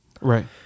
Right